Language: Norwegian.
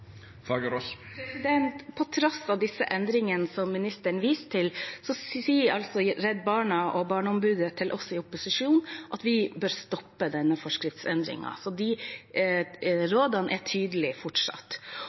På tross av disse endringene som ministeren viser til, sier Redd Barna og Barneombudet til oss i opposisjonen at vi bør stoppe denne forskriftsendringen. Rådene er fortsatt tydelige. Så